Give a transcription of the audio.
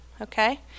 okay